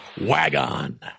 WagOn